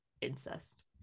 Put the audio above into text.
incest